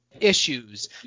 issues